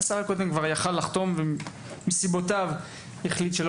השר הקודם כבר יכול היה לחתום ומסיבותיו החליט שלא